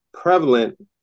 prevalent